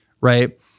right